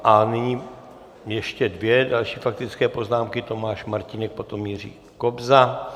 A nyní ještě dvě další faktické poznámky Tomáš Martínek, potom Jiří Kobza.